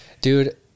Dude